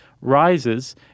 rises